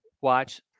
watch